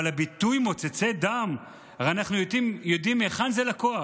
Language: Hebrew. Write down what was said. אבל הביטוי "מוצצי דם" הרי אנחנו יודעים מהיכן זה לקוח.